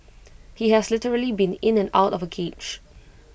he has literally been in and out of A cage